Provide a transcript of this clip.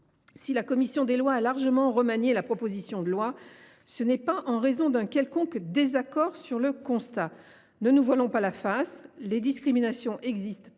Si la commission des lois a largement remanié la proposition de loi, ce n’est pas en raison d’un quelconque désaccord sur le constat. Ne nous voilons pas la face, les discriminations existent